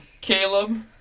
Caleb